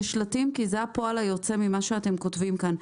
שלטים כי זה הפועל היוצא ממה שאתם כותבים כאן.